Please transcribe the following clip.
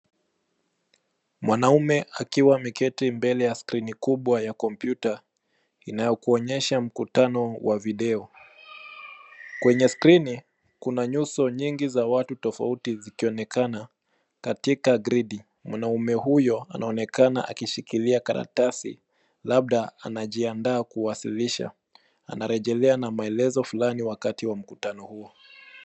Mwanaume akiwa ameketi mbele ya skrini kubwa ya kompyuta, inayokuonyesha mkutano wa video. Kwenye skrini, kuna nyuso nyingi za watu tofauti zikionekana katika gridi. Mwanaume huyo anaonekana akishikilia karatasi. Labda anajiandaa kuwasilisha. Anarejelea na maelezo fulani wakati wa mkutano huo.